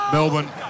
Melbourne